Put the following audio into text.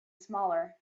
smaller